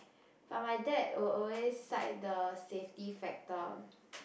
but my dad will always side the safety factor